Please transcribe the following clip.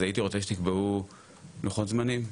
אז הייתי רוצה שתקבעו לוחות זמנים,